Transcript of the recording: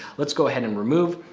let's go ahead and remove.